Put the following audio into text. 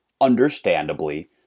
understandably